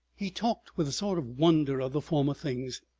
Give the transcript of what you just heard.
he talked with a sort of wonder of the former things.